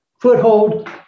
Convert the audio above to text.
foothold